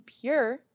pure